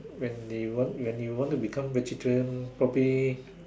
when they want when you want to become vegetarian probably